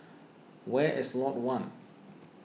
where is Lot one